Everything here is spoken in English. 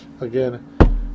Again